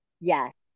Yes